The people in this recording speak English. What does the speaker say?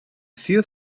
few